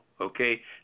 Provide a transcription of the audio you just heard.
Okay